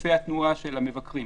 היקפי התנועה של המבקרים.